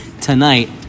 tonight